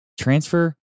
transfer